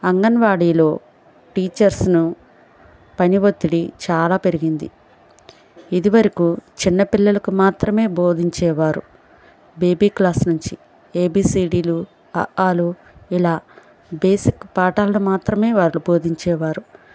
అంగన్వాడీలో టీచర్స్ను పని ఒత్తిడి చాలా పెరిగింది ఇది వరకు చిన్నపిల్లలకు మాత్రమే బోధించేవారు బేబీ క్లాస్ నుంచి ఏబిసిడీలు అ ఆలు ఇలా బేసిక్ పాఠాలు మాత్రమే వాళ్ళు బోధించేవారు